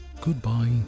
goodbye